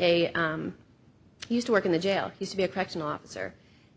a used to work in the jail used to be a correctional officer